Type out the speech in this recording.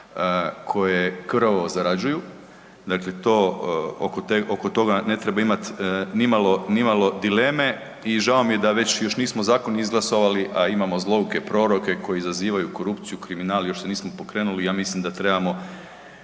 koje krvavo zarađuju. Dakle to, oko toga ne treba imati nimalo dileme i žao mi je da već, još nismo zakon izglasovali, a imamo zlouke proroke koji izazivaju korupciju, kriminal, još se nismo pokrenuli, ja mislim da trebamo